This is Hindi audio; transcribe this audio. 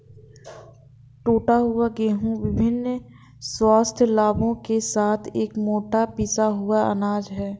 टूटा हुआ गेहूं विभिन्न स्वास्थ्य लाभों के साथ एक मोटा पिसा हुआ अनाज है